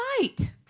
fight